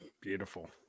Beautiful